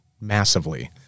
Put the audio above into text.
massively